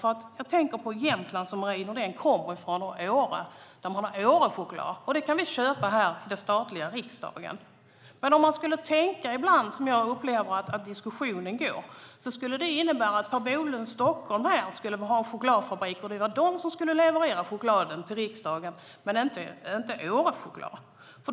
Jag tänker på Jämtland som Marie Nordén kommer från och på Åre där man har Årechoklad som vi kan köpa här i den statliga riksdagen. Men som jag upplever att diskussionen går ibland skulle det innebära att om Per Bolund från Stockholm hade en chokladfabrik skulle den leverera chokladen till riksdagen, inte Årechoklad.